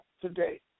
today